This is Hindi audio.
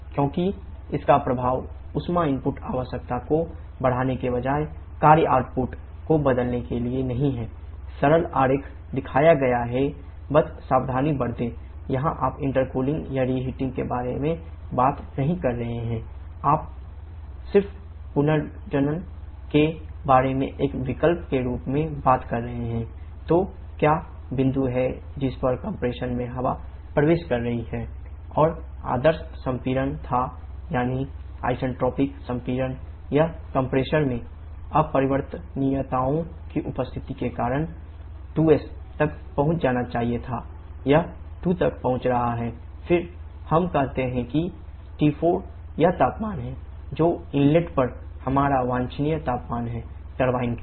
क्योंकि इसका प्रभाव ऊष्मा इनपुट के लिए